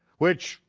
which,